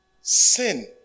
Sin